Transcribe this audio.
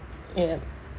yup